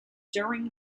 during